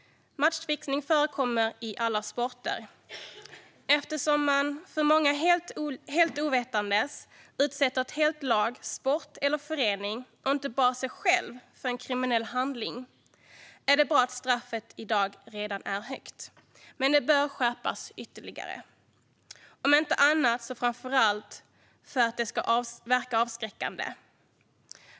Matchfixning förekommer i alla sporter. Eftersom man, för många helt ovetandes, utsätter ett helt lag, en hel sport eller en hel förening och inte bara sig själv för en kriminell handling är det bra att straffet redan är högt. Det bör dock skärpas ytterligare - om inte annat så för att det ska verka avskräckande.